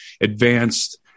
advanced